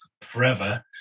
forever